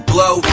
Blow